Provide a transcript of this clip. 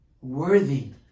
worthy